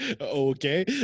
okay